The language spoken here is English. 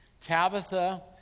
tabitha